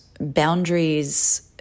Boundaries